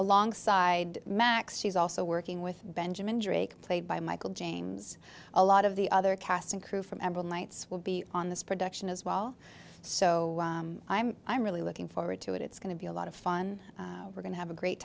alongside max she's also working with benjamin drake played by michael james a lot of the other cast and crew from emerald lights will be on this production as well so i'm i'm really looking forward to it it's going to be a lot of fun we're going to have a great